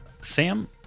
Sam